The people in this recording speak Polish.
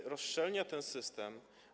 On rozszczelnia ten system.